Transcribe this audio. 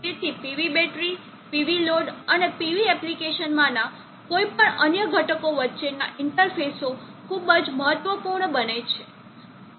તેથી PV battery PV load અને PV એપ્લિકેશનમાંના કોઈપણ અન્ય ઘટકો વચ્ચેના ઇન્ટરફેસો ખૂબ મહત્વપૂર્ણ બને છે